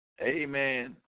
Amen